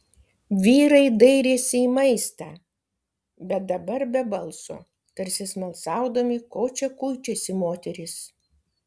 vyrai dairėsi į maistą bet dabar be balso tarsi smalsaudami ko čia kuičiasi moterys